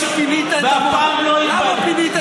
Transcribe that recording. ושפינית את